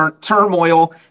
turmoil